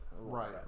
Right